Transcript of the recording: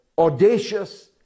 audacious